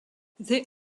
they